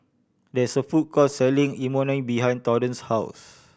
there is a food court selling Imoni behind Torrance's house